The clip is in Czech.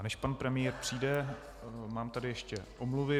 A než pan premiér přijde, mám tady ještě omluvy.